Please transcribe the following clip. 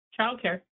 childcare